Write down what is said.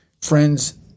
Friends